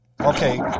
okay